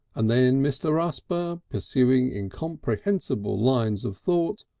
and then mr. rusper, pursuing incomprehensible lines of thought,